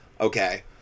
okay